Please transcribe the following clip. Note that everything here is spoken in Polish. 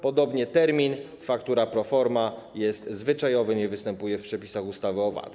Podobnie termin „faktura pro forma” jest zwyczajowy, nie występuje w przepisach ustawy o VAT.